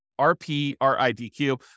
R-P-R-I-D-Q